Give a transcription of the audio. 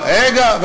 נכון.